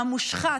המושחת,